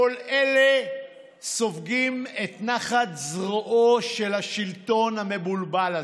כל אלה סופגים את נחת זרועו של השלטון המבולבל הזה.